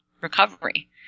recovery